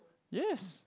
yes